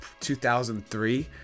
2003